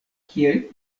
kiel